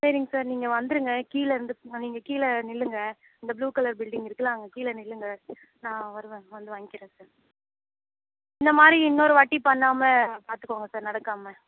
சரிங்க சார் நீங்கள் வந்துருங்க கீழே இருந்து நீங்கள் கீழே நில்லுங்கள் இந்த புளூ கலர் பில்டிங் இருக்குல அங்கே கீழே நில்லுங்கள் நான் வருவேன் வந்து வாங்கிக்கிறேன் சார் இந்த மாதிரி இன்னொரு வாட்டி பண்ணாம பார்த்துக்கோங்க சார் நடக்காம